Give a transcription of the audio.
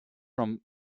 north